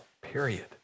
period